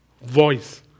Voice